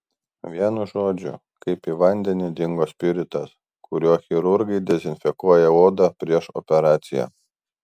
vienu žodžiu kaip į vandenį dingo spiritas kuriuo chirurgai dezinfekuoja odą prieš operaciją